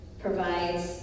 provides